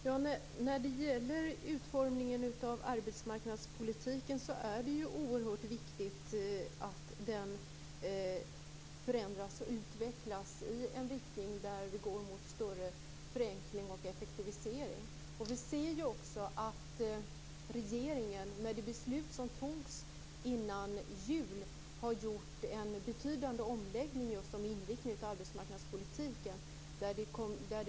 Herr talman! När det gäller utformningen av arbetsmarknadspolitiken är det oerhört viktigt att den förändras och utvecklas i riktning mot större förenkling och effektivisering. Vi ser också att regeringen, i och med det beslut som fattades före jul, har gjort en betydande omläggning i fråga om arbetsmarknadspolitikens inriktning.